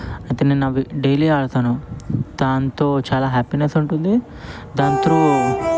అయితే నేను అవి డైలీ ఆడతాను దాంతో చాలా హ్యాపీనెస్ ఉంటుంది దాని తౄ